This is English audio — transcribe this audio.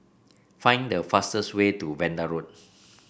find the fastest way to Vanda Road